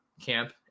camp